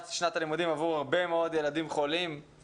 שנת הלימודים עבור הרבה מאוד ילדים חולים,